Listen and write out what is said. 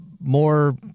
more